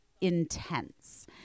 Intense